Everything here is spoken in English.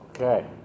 Okay